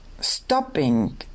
stopping